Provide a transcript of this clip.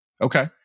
Okay